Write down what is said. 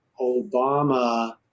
Obama